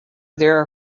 their